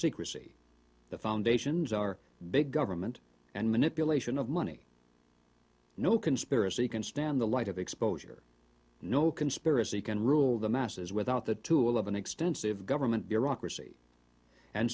secrecy the foundations are big government and manipulation of money no conspiracy can stand the light of exposure no conspiracy can rule the masses without the tool of an extensive government